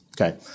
okay